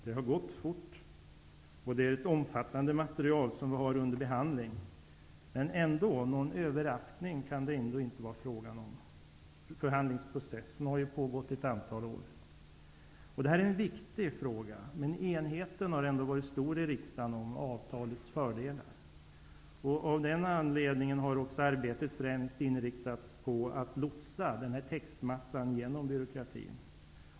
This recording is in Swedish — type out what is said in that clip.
Det har gått fort och materialet som vi har att behandla är omfattande. Någon överraskning kan det ändå inte vara fråga om. Förhandlingsprocessen har pågått i ett antal år. Det här är en viktig fråga, men enheten har ändå varit stor i riksdagen om avtalets fördelar. Av den anledningen har också arbetet främst inriktats på att lotsa den här textmassan genom byråkratin.